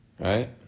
Right